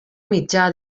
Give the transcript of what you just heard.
mitjà